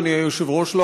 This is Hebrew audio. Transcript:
אדוני היושב-ראש,